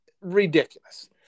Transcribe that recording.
Ridiculous